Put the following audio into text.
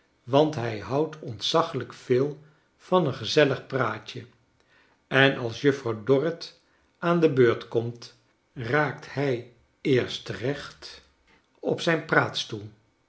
want hij houdt ontzaglijk veel van een gezellig praatje en als juffrouw dorrit aan de beurt komt raakt hij eerst recht op zijn